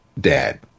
dad